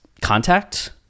contact